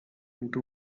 into